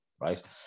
right